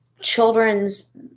children's